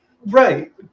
Right